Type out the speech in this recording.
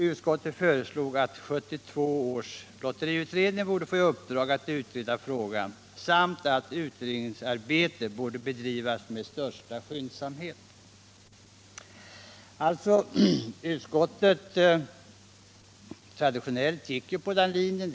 Utskottet föreslog att 1972 års lotteriutredning skulle få i uppdrag att utreda frågan samt uttalade att utredningsarbetet borde bedrivas med största skyndsamhet. Utskottet gick alltså på den traditionella linjen.